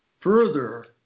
further